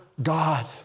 God